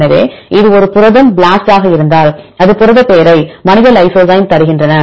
எனவே இது ஒரு புரதம் BLAST ஆக இருந்தால் இது புரத பெயரை மனித லைசோசைம் தருகிறேன்